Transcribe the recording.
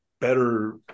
better